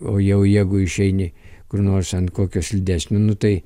o jau jeigu išeini kur nors ant kokio slidesnio nu tai